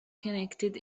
connected